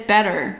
Better